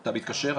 אתה מתקשר,